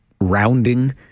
rounding